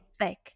thick